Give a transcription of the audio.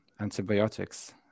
antibiotics